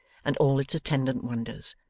and all its attendant wonders.